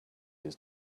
his